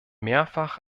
mehrfach